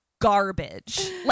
garbage